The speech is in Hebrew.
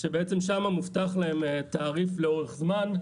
שבעצם שם מובטח להם תעריף לאורך זמן.